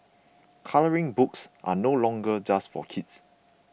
colouring books are no longer just for kids